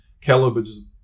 calibers